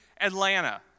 Atlanta